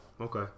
Okay